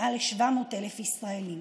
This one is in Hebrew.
מעל 700,000 ישראלים.